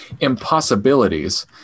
impossibilities